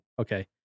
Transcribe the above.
okay